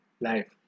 life